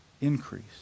increase